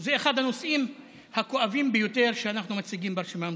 זה אחד הנושאים הכואבים ביותר שאנחנו מציגים ברשימה המשותפת.